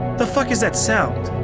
the fuck is that sound?